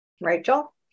Rachel